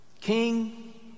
King